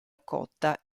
cotta